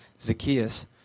Zacchaeus